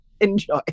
Enjoy